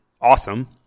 awesome